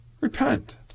Repent